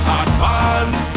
advance